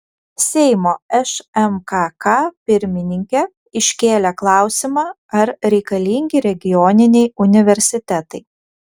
seimo šmkk pirmininkė iškėlė klausimą ar reikalingi regioniniai universitetai